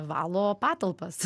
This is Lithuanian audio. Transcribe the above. valo patalpas